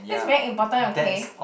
that's very important okay